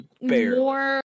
more